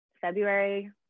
February